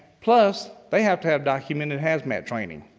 plus, they have to have documented hazmat training.